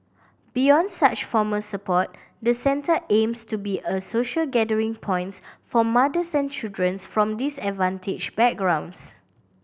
beyond such formal support the centre aims to be a social gathering points for mother centry childrens from disadvantaged backgrounds